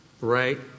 right